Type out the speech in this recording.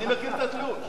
אני מכיר את התלוש.